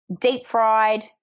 deep-fried